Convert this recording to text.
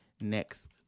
next